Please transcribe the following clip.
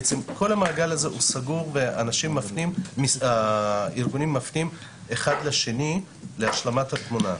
בעצם כל המעגל הזה הוא סגור וארגונים מפנים אחד לשני להשלמת התמונה.